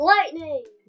Lightning